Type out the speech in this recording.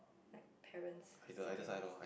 like parents' siblings